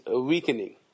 weakening